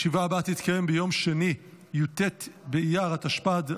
הישיבה הבאה תתקיים ביום שני י"ט באייר התשפ"ד,